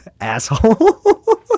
asshole